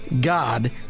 God